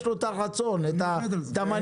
יש לו את הרצון ואת המנהיגות.